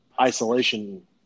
isolation